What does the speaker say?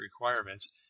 requirements